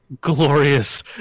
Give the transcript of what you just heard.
glorious